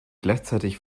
gleichzeitig